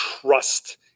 trust